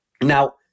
Now